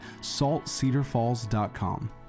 saltcedarfalls.com